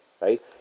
right